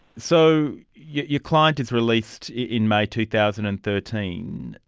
so your client is released in may two thousand and thirteen,